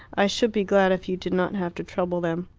i should be glad if you did not have to trouble them.